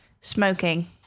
Smoking